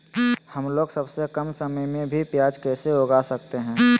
हमलोग सबसे कम समय में भी प्याज कैसे उगा सकते हैं?